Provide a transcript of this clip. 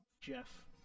Jeff